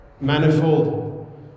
Manifold